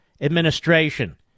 administration